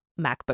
MacBook